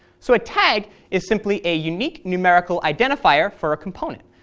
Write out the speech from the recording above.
so a tag is simply a unique numerical identifier for a component.